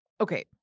Okay